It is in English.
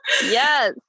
Yes